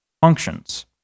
functions